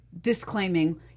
disclaiming